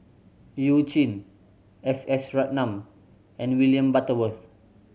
You Jin S S Ratnam and William Butterworth